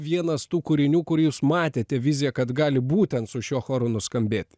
vienas tų kūrinių kurį jūs matėte viziją kad gali būtent su šiuo choru nuskambėti